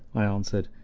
i answered,